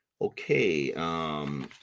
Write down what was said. Okay